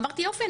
אמרתי: יופי,